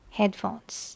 headphones